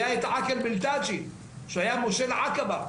היא עקל בילתאג'י, שהיה מושל עקבה,